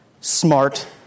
smart